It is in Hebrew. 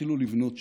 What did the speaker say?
התחילו לבנות שם.